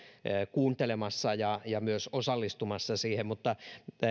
kuuntelemassa ja ja osallistumassa siihen mutta